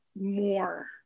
more